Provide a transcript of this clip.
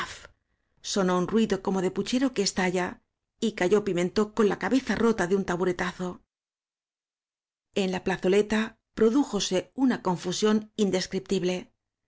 sonó un ruido como de puchero que es talla y cayó pimentó con la cabeza rota de un taburetazo en la plazoleta prodííjose una confusión indescriptible